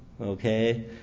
Okay